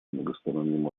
многосторонним